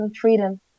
freedom